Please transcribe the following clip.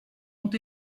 ont